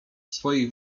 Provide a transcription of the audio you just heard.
swoich